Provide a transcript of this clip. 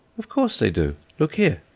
of course they do look here.